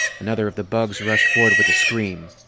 another of the bugs rushed forward with a scream.